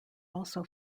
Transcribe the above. also